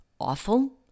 awful